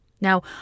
Now